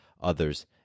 others